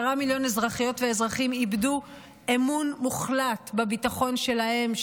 10 מיליון אזרחיות ואזרחים איבדו אמון מוחלט בביטחון שלהם,